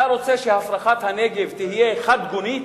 אתה רוצה שהפרחת הנגב תהיה חד-גונית?